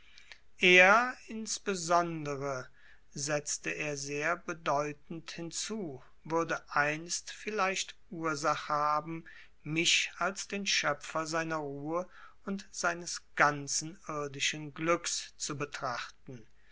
er insbesondere setzte er sehr bedeutend hinzu würde einst vielleicht ursache haben mich als den schöpfer seiner ruhe und seines ganzen irdischen glücks zu betrachten